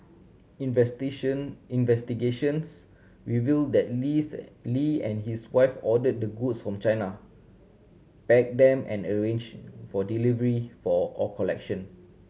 investigation investigations revealed that Lees Lee and his wife ordered the goods from China packed them and arranged for delivery for all collection